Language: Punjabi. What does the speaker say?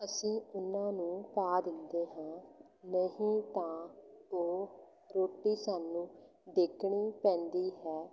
ਅਸੀਂ ਉਨ੍ਹਾਂ ਨੂੰ ਪਾ ਦਿੰਦੇ ਹਾਂ ਨਹੀਂ ਤਾਂ ਉਹ ਰੋਟੀ ਸਾਨੂੰ ਡੇਗਣੀ ਪੈਂਦੀ ਹੈ